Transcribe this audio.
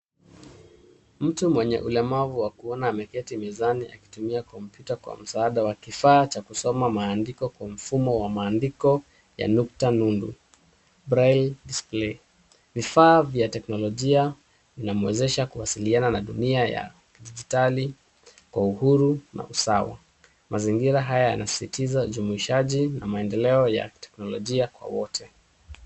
Mtu mwenye ulemavu wa kuona ameketi mezani akitumia kompyuta kwa msaada wa kifaa cha kusoma maandiko kwa mfumo wa maandiko ya nukta nundu braille display . Vifaa vya kiteknolojia inamwezesha kuwasiliana na dunia ya kidijitali kwa uhuru na usawa. Mazingira haya yanasisitiza ujumuishaji na mandeleo ya teknolojia kwa wote.